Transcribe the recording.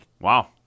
wow